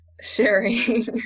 sharing